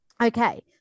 Okay